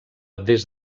des